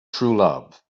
truelove